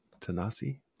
Tanasi